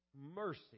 mercy